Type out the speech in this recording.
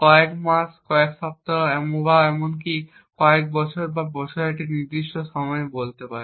কয়েক মাস কয়েক সপ্তাহ বা এমনকি কয়েক বছর বা বছরের একটি নির্দিষ্ট সময়ে বলতে পারে